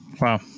Wow